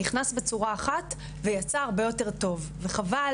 נכנס בצורה אחת ויצא הרבה יותר טוב וחבל